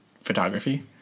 photography